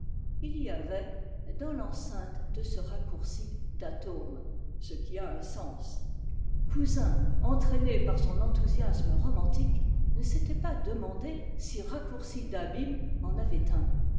il y avait dans l'enceinte de ce raccourci d'atome ce qui a un sens cousin entraîné par son enthousiasme romantique ne s'était pas demandé si raccourci d'abîme en avait un